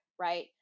Right